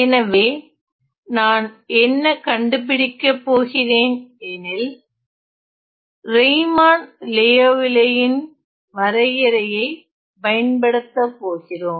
எனவே நான் என்ன கண்டுபிடிக்கப்போகிறேன் எனில் ரெய்மான் லியோவில்லே ன் வரையறையை பயன்படுத்தப்போகிறோம்